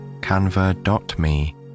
canva.me